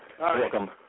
Welcome